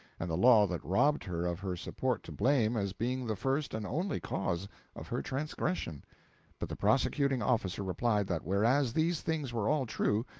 and the law that robbed her of her support to blame as being the first and only cause of her transgression but the prosecuting officer replied that whereas these things were all true,